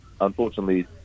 Unfortunately